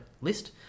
list